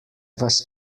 vas